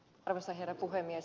arvoisa herra puhemies